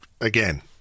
again